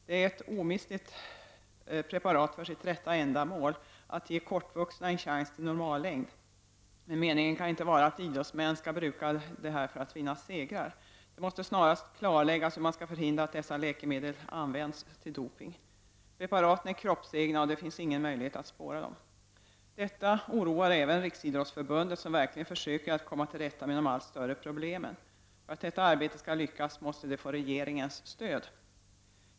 Det är omistligt för sitt rätta ändamål, att ge kortvuxna en chans till normallängd, men meningen kan inte vara att idrottsmän skall bruka detta preparat för att vinna segrar. Det måste snarast klarläggas hur man skall förhindra att dessa läkemedel används till doping. Preparaten är kroppsegna och det finns ingen möjlighet att spåra dem. Detta oroar även Riksidrottsförbundet, som verkligen försöker att komma till rätta med de allt större problemen. För att detta arbete skall lyckas måste det få regeringens stöd.